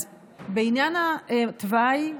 אז בעניין התוואי,